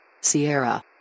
Sierra